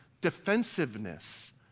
defensiveness